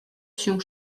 się